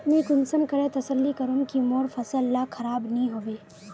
मुई कुंसम करे तसल्ली करूम की मोर फसल ला खराब नी होबे?